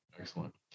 Excellent